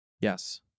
Yes